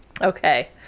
Okay